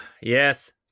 Yes